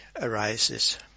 arises